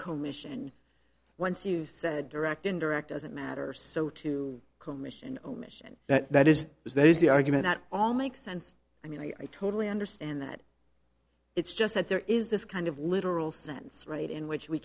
commission once you've said direct indirect doesn't matter so to commission omission that is because there is the argument that all makes and i mean i totally understand that it's just that there is this kind of literal sense right in which we